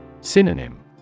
Synonym